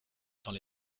dans